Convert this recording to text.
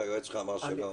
כי היועץ שלך אמר שלא.